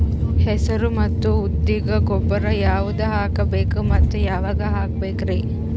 ಹೆಸರು ಮತ್ತು ಉದ್ದಿಗ ಗೊಬ್ಬರ ಯಾವದ ಹಾಕಬೇಕ ಮತ್ತ ಯಾವಾಗ ಹಾಕಬೇಕರಿ?